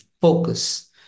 focus